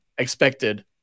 expected